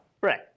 Right